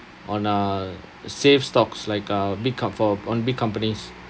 on uh safe stocks like uh big com~ for on big companies